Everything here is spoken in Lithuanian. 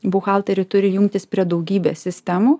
buhalteriai turi jungtis prie daugybės sistemų